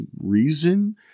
reason